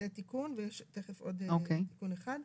זה תיקון ויש תכף עוד תיקון אחד.